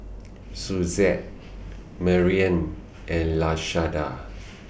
Suzette Marian and Lashanda